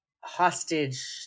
Hostage